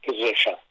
position